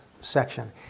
section